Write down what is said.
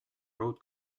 road